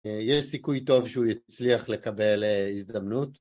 יש סיכוי טוב שהוא יצליח לקבל הזדמנות